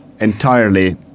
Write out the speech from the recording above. entirely